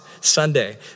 Sunday